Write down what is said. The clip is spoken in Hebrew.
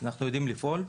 אנחנו יודעים לפעול.